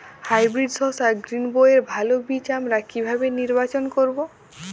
Hybrid শসা গ্রীনবইয়ের ভালো বীজ আমরা কিভাবে নির্বাচন করব?